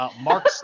Mark